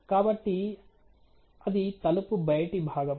కాబట్టి అది తలుపు బయటి భాగం